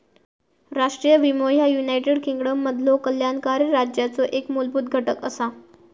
राष्ट्रीय विमो ह्या युनायटेड किंगडममधलो कल्याणकारी राज्याचो एक मूलभूत घटक असा